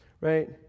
Right